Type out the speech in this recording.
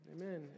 amen